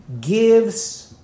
gives